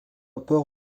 port